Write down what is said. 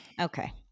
Okay